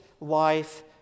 life